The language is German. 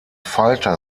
falter